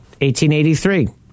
1883